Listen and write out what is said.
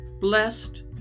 blessed